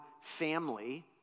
family